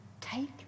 take